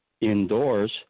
indoors